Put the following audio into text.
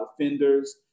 offenders